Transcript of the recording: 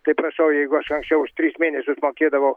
tai prašau jeigu aš anksčiau už tris mėnesius mokėdavau